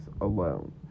alone